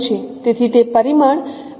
તેથી તે પરિમાણ બરાબર હોવું જોઈએ